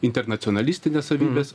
internacionalistines savybes